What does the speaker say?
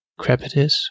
crepitus